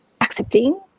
accepting